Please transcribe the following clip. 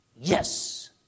yes